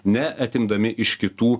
neatimdami iš kitų